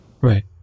Right